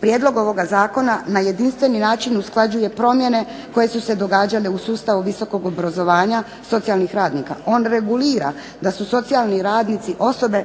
Prijedlog ovoga zakona na jedinstveni način usklađuje promjene koje su se događale u sustavu visokog obrazovanja socijalnih radnika. On regulira da su socijalni radnici osobe